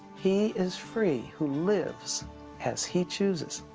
he is free who lives as he chooses.